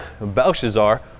Belshazzar